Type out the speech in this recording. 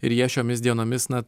ir jie šiomis dienomis na